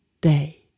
day